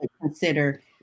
consider